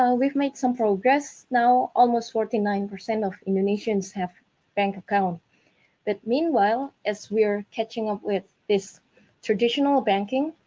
we've made some progress. now almost forty nine percent of indonesians have bank account but meanwhile, as we are catching up with this traditional banking,